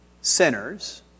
sinners